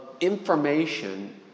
information